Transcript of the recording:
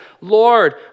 Lord